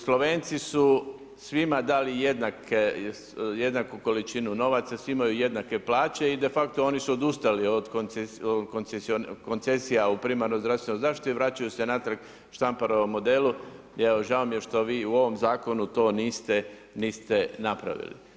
Slovenci su svima dali jednaku količinu novaca svi imaju jednake plaće i de facto oni su odustali od koncesija u primarnoj zdravstvenoj zaštiti i vraćaju se natrag štamparovom modelom i žao mi je što vi u ovom zakonu niste napravili.